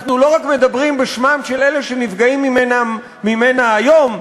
אנחנו לא מדברים רק בשמם של אלה שנפגעים ממנה היום,